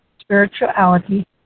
spirituality